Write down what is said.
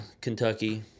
Kentucky